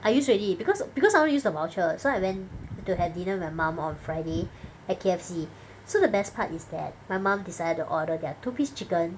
I use already because because I want to use the voucher so I went to have dinner with my mum on friday at K_F_C so the best part is that my mom decided to order their two piece chicken